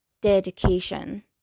dedication